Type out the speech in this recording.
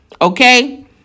Okay